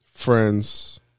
Friends